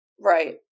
Right